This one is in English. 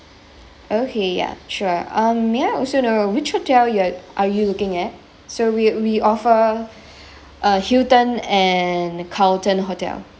okay ya sure uh may I also know which hotel you are are you looking at so we we offer uh hilton and and carlton hotel